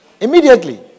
immediately